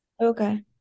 okay